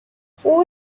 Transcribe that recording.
four